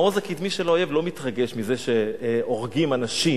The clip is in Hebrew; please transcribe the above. המעוז הקדמי של האויב לא מתרגש מזה שהורגים אנשים.